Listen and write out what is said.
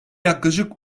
yaklaşık